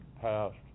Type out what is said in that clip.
passed